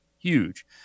huge